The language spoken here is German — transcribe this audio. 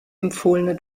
empfohlene